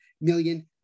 million